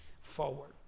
forward